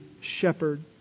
shepherd